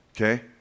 Okay